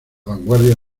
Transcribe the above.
vanguardia